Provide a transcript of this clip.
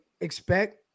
expect